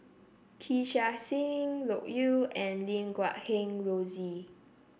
Kee Chia Hsing Loke Yew and Lim Guat Kheng Rosie